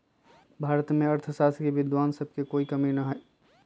भारत में अर्थशास्त्र के विद्वान सब के कोई कमी न हई